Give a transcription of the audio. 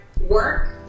work